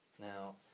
Now